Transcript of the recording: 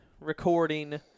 recording